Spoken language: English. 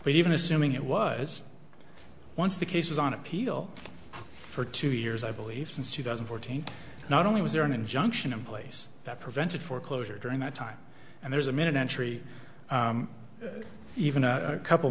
but even assuming it was once the case was on appeal for two years i believe since two thousand fourteenth not only was there an injunction in place that prevented foreclosure during that time and there's a minute entry even a couple